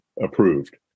approved